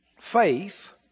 faith